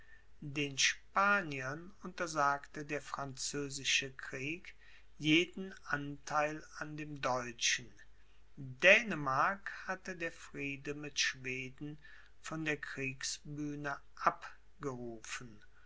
den spaniern untersagte der französische krieg jeden antheil an dem deutschen dänemark hatte der friede mit schweden von der kriegsbühne abgerufen